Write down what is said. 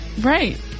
right